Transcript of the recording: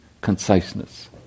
conciseness